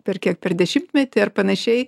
per kiek per dešimtmetį ar panašiai